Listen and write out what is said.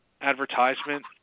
advertisement